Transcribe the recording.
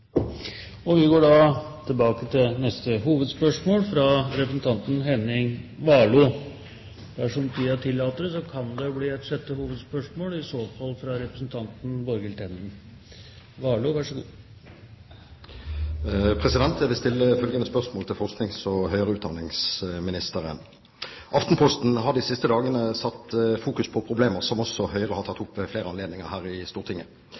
Vi går videre til neste hovedspørsmål. Jeg vil stille følgende spørsmål til forsknings- og høyere utdanningsministeren: Aftenposten har de siste dagene satt fokus på problemer som også Høyre har tatt opp ved flere anledninger her i Stortinget.